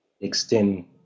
extend